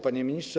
Panie Ministrze!